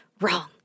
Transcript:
wrong